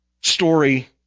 story